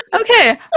Okay